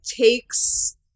takes